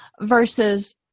versus